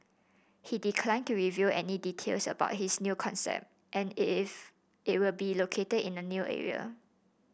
he declined to reveal any details about his new concept and if it will be located in a new area